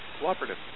Cooperative